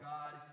God